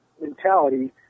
mentality